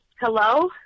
Hello